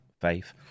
faith